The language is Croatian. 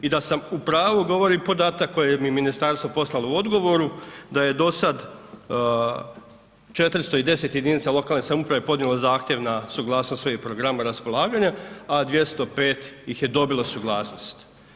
I da sam u pravu govori podatak koje mi je ministarstvo poslalo u odgovoru da je do sad 410 jedinica lokalne samouprave podnijelo zahtjev na suglasnost svojih programa raspolaganja a 205 ih je dobilo suglasnost.